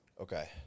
Okay